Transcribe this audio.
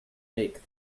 make